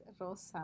rosa